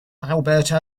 alberto